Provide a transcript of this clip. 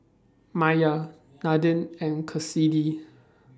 Maiya Nadine and Kassidy